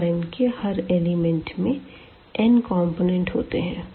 तो इस R n के हर एलिमेंट में n कंपोनेंट होते है